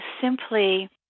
simply